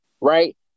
right